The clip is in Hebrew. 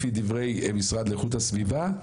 לפי דברי משרד לאיכות הסביבה,